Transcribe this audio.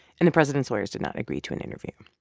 and the president's lawyers did not agree to an interview.